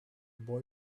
boy